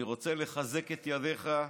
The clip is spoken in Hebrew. אני רוצה לחזק את ידיך.